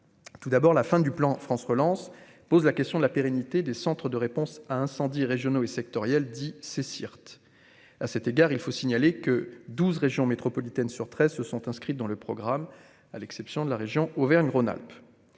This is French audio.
tout d'abord la fin du plan France relance pose la question de la pérennité des Centres de réponse à incendie régionaux et sectoriels dit c'est Syrte à cet égard, il faut signaler que 12 régions métropolitaines sur 13 se sont inscrites dans le programme, à l'exception de la région Auvergne-Rhône-Alpes